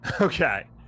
okay